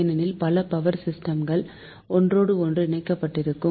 ஏனெனில் பல பவர் சிஸ்டம்கள் ஒன்றோடொன்று இணைக்கப்பட்டிருக்கும்